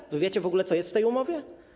Czy wy wiecie w ogóle, co jest w tej umowie?